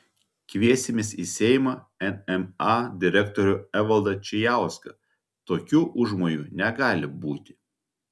kviesimės į seimą nma direktorių evaldą čijauską tokių užmojų negali būti